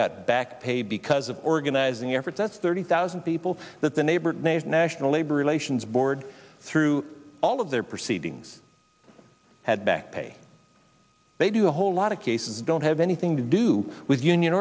got back pay because of organizing effort that's thirty thousand people that the neighbor named national labor relations board through all of their proceedings had backpay they do a whole lot of cases don't have anything to do with union